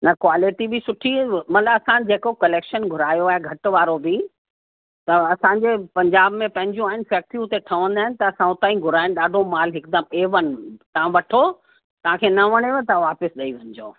न क्वॉलिटी बि सुठी मतिलबु असां जेको कलेक्शन घुरायो आहे घटि वारो बि त असांजे पंजाब में पंहिंजियूं आहिनि फ़ैक्ट्रियूं उते ठहंदा आहिनि त असां उतां ई घुराएन ॾाढो मालु हिकदमि ए वन तव्हां वठो तव्हांखे न वणेव त वापसि ॾेई वञिजो